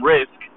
Risk